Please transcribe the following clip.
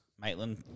Maitland